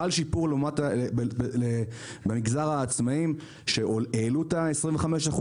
חל שיפור במגזר העצמאים שהעלו את ה-25%,